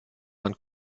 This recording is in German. man